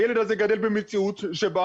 הילד הזה גדל במציאות שבה